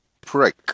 prick